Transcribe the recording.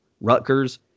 Rutgers